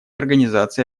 организации